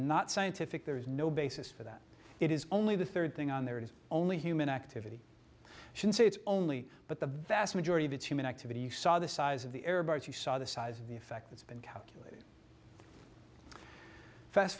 not scientific there is no basis for that it is only the third thing on there is only human activity since it's only but the vast majority of its human activity you saw the size of the air by as you saw the size of the effect it's been calculate fast